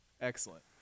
excellent